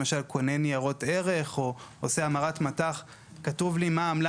למשל קונה ניירות ערך או עושה המרת מט"ח כתוב לי מה העמלה